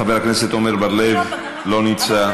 חבר הכנסת עמר בר-לב, לא נמצא.